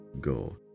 go